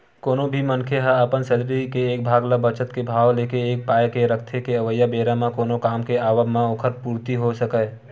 कोनो भी मनखे ह अपन सैलरी के एक भाग ल बचत के भाव लेके ए पाय के रखथे के अवइया बेरा म कोनो काम के आवब म ओखर पूरति होय सकय